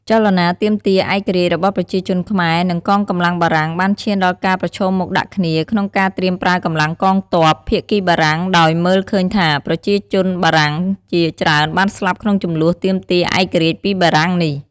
ចលនាទាមឯករាជ្យរបស់ប្រជាជនខ្មែរ និង កងកម្លាំងបារាំង បានឈានដល់ការប្រឈមុខដាក់គ្នា ក្នុងការត្រៀមប្រើកម្លាំងកងទ័ព ភាគីបារាំងដោយមើលឃើញថា ប្រជាជនបារាំងជាច្រើនបានស្លាប់ក្នុងជម្លោះទាមទារឯករាជ្យពីបារាំងនេះ។